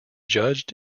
judged